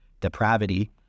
depravity